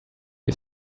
you